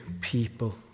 people